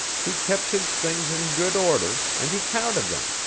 he kept his things in good order, and he counted them,